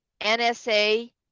NSA